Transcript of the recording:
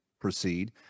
proceed